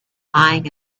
lying